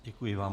Děkuji vám.